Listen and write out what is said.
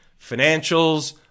Financials